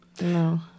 No